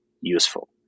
useful